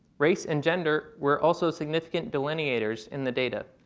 race and gender were also significant delineators in the data.